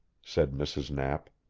said mrs. knapp.